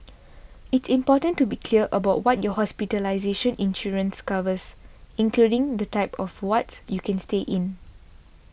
it's important to be clear about what your hospitalization insurance covers including the type of wards you can stay in